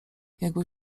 jakby